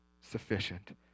sufficient